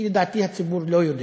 לדעתי הציבור לא יודע,